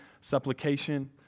supplication